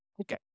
Okay